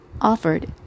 offered